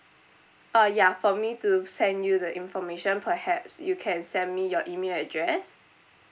uh ya for me to send you the information perhaps you can send me your email address